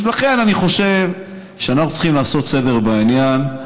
לכן, אני חושב שאנחנו צריכים לעשות סדר בעניין.